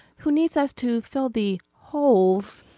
who needs us to fill the holes